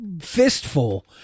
fistful